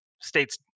States